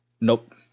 Nope